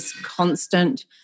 constant